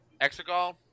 Exegol